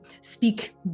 speak